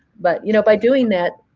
but you know by doing that,